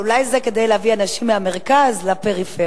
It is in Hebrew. אבל אולי זה כדי להביא אנשים מהמרכז לפריפריה.